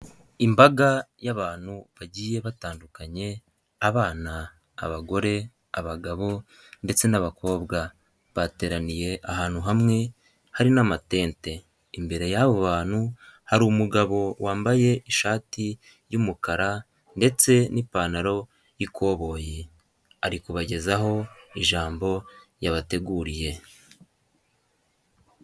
Imbaga y'abantu bagiye batandukanye, abana, abagore, abagabo ndetse n'abakobwa, bateraniye ahantu hamwe hari n'amatente, imbere y'abo bantu hari umugabo wambaye ishati y'umukara ndetse n'ipantaro y'ikoboyi, ari kubagezaho ijambo yabateguriye.